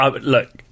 Look